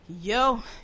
yo